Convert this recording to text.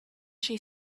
she